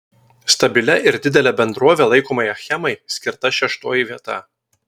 stabilia ir didele bendrove laikomai achemai skirta šeštoji vieta